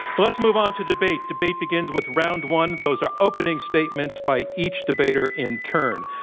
let's move on to debate. debate begins with round one. those are opening statements by each debater in turn.